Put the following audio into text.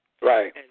Right